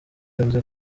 yavuze